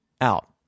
out